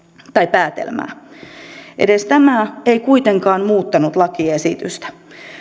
päätelmää edes tämä ei kuitenkaan muuttanut lakiesitystä